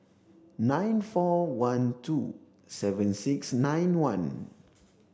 nine four one two seven six nine one